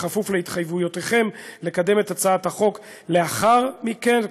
כפוף להתחייבותכם לקדם את הצעת החוק לאחר מכן,